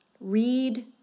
read